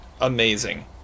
amazing